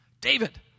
David